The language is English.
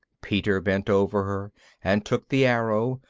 peter bent over her and took the arrow,